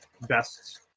best